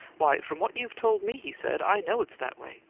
why, from what you've told me he said, i know it's that way.